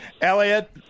Elliot